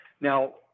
Now